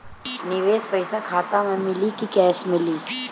निवेश पइसा खाता में मिली कि कैश मिली?